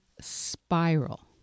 spiral